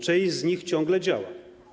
Część z nich ciągle działa.